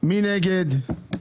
מי נגד?